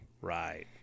Right